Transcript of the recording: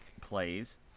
plays